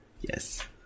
Yes